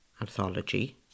anthology